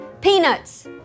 Peanuts